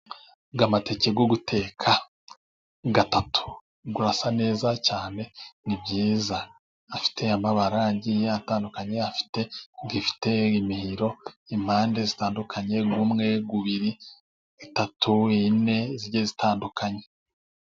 Aya mateke yo guteka atatu, asa neza cyane, ni byiza. Afite amabara agiye atandukanye, afite imihiro impande zitandukanye umwe, ebyiri, eshatu, enye igiye itandukanye.